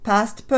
Past